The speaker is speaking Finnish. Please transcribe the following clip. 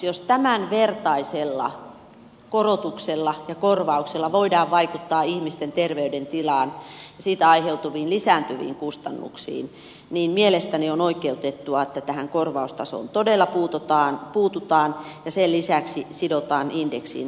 jos tämänvertaisella korotuksella ja korvauksella voidaan vaikuttaa ihmisten terveydentilaan ja siitä aiheutuviin lisääntyviin kustannuksiin niin mielestäni on oikeutettua että tähän korvaustasoon todella puututaan ja sen lisäksi sidotaan indeksiin